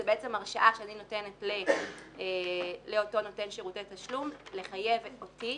זו בעצם הרשאה שאני נותנת לאותו נותן שירותי תשלום לחייב אותי,